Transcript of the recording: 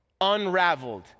unraveled